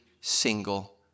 single